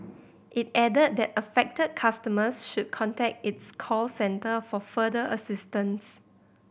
it added that affected customers should contact its call centre for further assistance